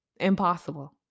Impossible